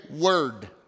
word